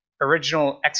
original